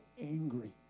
angry